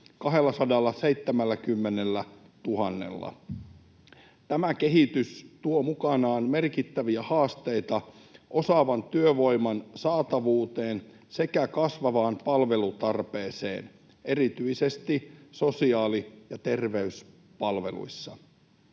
270 000:lla. Tämä kehitys tuo mukanaan merkittäviä haasteita osaavan työvoiman saatavuuteen sekä kasvavaan palvelutarpeeseen erityisesti sosiaali- ja terveyspalveluissa.